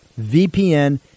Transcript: VPN